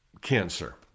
cancer